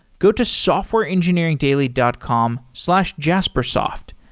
go to softwareengineeringdaily dot com slash jaspersoft.